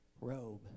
robe